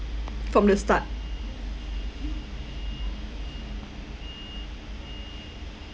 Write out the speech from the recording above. from the start